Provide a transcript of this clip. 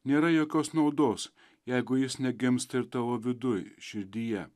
nėra jokios naudos jeigu jis negimsta ir tavo viduj širdyje